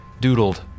doodled